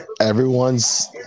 Everyone's